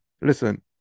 listen